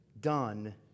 done